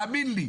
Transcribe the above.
האמן לי,